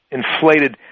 inflated